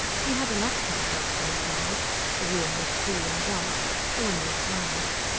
he had an appetite after his ride the room was cool and dark there were no flies.